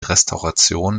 restauration